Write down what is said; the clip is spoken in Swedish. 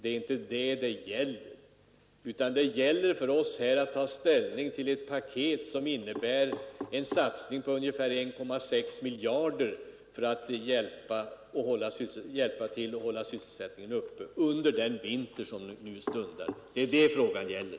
Det är inte detta det gäller, utan här gäller det för oss att ta ställning till ett paket som innebär en satsning på drygt 1,5 miljarder kronor för att hjälpa till att hålla sysselsättningen uppe under den vinter som nu stundar.